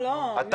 לא, לא, מיקי.